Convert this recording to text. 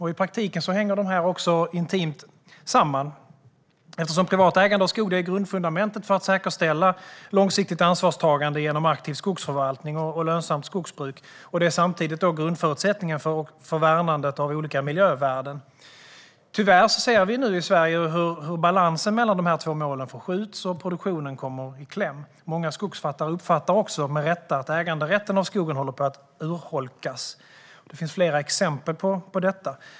I praktiken hänger dessa också intimt samman, eftersom privat ägande av skog är grundfundamentet för att säkerställa långsiktigt ansvarstagande genom aktiv skogsförvaltning och lönsamt skogsbruk. Det är samtidigt grundförutsättningen för värnandet av olika miljövärden. Tyvärr ser vi nu i Sverige hur balansen mellan dessa två mål förskjuts och produktionen kommer i kläm. Många skogsägare uppfattar också med rätta att äganderätten till skogen håller på att urholkas. Det finns flera exempel på detta.